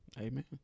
Amen